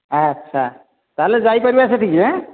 ଆଚ୍ଛା ତାହେଲେ ଯାଇପାରିବା ସେଠିକି ଆଁ